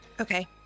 Okay